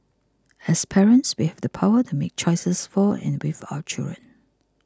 as parents we have the power to make choices for and with our children